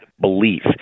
belief